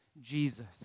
Jesus